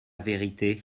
verité